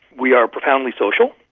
we are profoundly social,